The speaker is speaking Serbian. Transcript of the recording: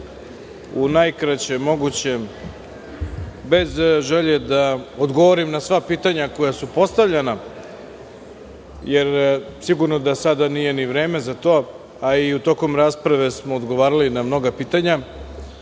u najkraćem mogućem, bez želje da odgovorim na sva pitanja koja su postavljena, jer sigurno da sada nije ni vreme za to, a i tokom rasprave smo odgovarali na mnoga